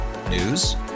News